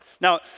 Now